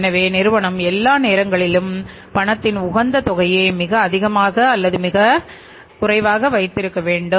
எனவே நிறுவனம் எல்லா நேரங்களிலும் பணத்தின் உகந்த தொகையை மிக அதிகமாக அல்லது மிக வைத்திருக்க வேண்டும்